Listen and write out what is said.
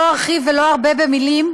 לא ארחיב ולא ארבה במילים,